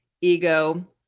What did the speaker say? ego